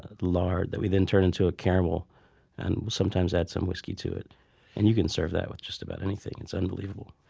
lard that we then turn into a caramel and sometimes add some whiskey to. and you can serve that with just about anything. it's unbelievable